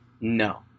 no